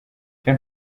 icyo